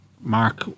Mark